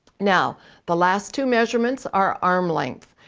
now the last two measurements are arm length.